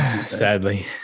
sadly